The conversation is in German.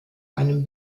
einem